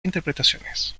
interpretaciones